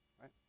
right